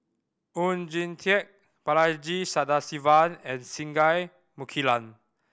Oon Jin Teik Balaji Sadasivan and Singai Mukilan